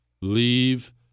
Leave